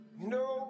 No